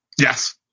Yes